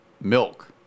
milk